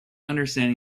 understanding